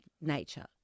nature